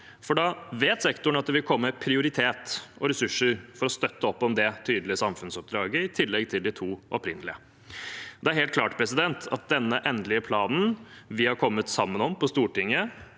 da vet sektoren at det vil komme prioritet og ressurser for å støtte opp om det tydelige samfunnsoppdraget, i tillegg til de to opprinnelige. Det er helt klart at denne endelige planen vi har kommet sammen om på Stortinget,